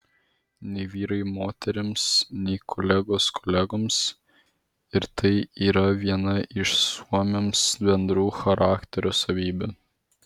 nei vyrai moterims nei kolegos kolegoms ir tai yra viena iš suomiams bendrų charakterio savybių